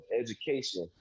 education